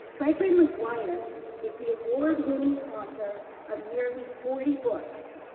gregory maguire is the award-winning of nearly forty books.